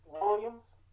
Williams